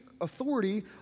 authority